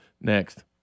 next